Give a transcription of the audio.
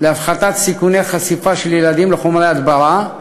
להפחתת סיכוני חשיפה של ילדים לחומרי הדברה,